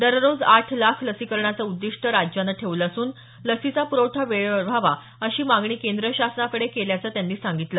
दररोज आठ लाख लसीकरणाचं उद्दिष्ट राज्यानं ठेवलं असून लसीचा प्रवठा वेळेवर व्हावा अशी मागणी केंद्र शासनाकडे केल्याचं त्यांनी सांगितलं